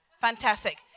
Fantastic